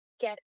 get